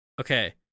Okay